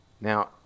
Now